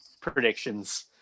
Predictions